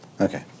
Okay